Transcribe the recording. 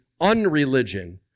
unreligion